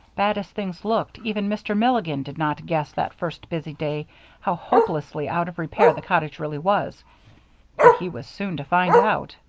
bad as things looked, even mr. milligan did not guess that first busy day how hopelessly out of repair the cottage really was but he was soon to find out.